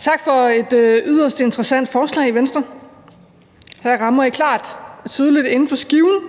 tak for et yderst interessant forslag fra Venstre. Her rammer I klart og tydeligt inden for skiven,